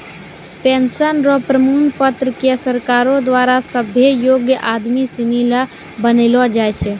pension र प्रमाण पत्र क सरकारो द्वारा सभ्भे योग्य आदमी सिनी ल बनैलो जाय छै